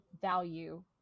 value